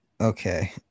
Okay